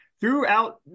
Throughout